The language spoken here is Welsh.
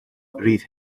rhydd